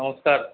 ନମସ୍କାର